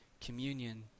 communion